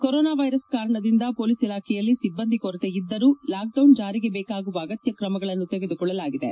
corona virus ಕಾರಣದಿಂದ police ಇಲಾಖೆಯಲ್ಲಿ ಸಿಬ್ಲಂದಿ ಕೊರತೆ ಇದ್ದರೂ ಲಾಕ್ಡೌನ್ ಜಾರಿಗೆ ಬೇಕಾಗುವ ಅಗತ್ಯ ಕ್ರಮಗಳನ್ನು ತೆಗೆದುಕೊಳ್ಳಲಾಗಿದೆ